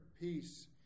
peace